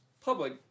public